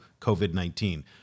COVID-19